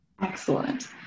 Excellent